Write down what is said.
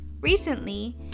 Recently